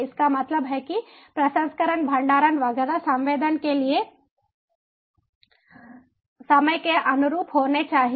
इसका मतलब है कि प्रसंस्करण भंडारण वगैरह संवेदन के लिए समय के अनुरूप होना चाहिए